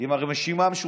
עם הרשימה המשותפת?